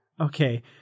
okay